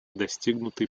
достигнутый